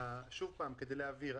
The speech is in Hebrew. כדי להבהיר.